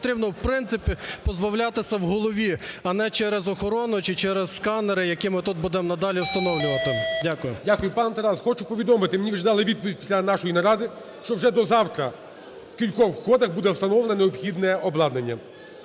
потрібно в принципі позбавлятися в голові, а не через охорону чи через сканери, які ми тут будемо надалі встановлювати. Дякую. ГОЛОВУЮЧИЙ. Дякую. Пане Тарас, хочу повідомити, мені вже дали відповідь після нашої наради, що вже до завтра в кількох входах буде встановлено необхідне обладнання.